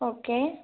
okay